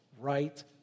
right